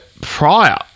prior-